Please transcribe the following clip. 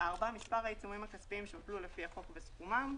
(4)מספר העיצומים הכספיים שהוטלו לפי החוק וסכומם,